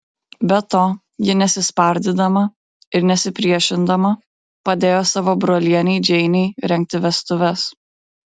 be to ji nesispardydama ir nesipriešindama padėjo savo brolienei džeinei rengti vestuves